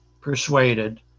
persuaded